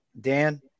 Dan